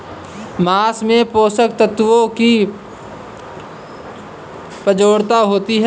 माँस में पोषक तत्त्वों की प्रचूरता होती है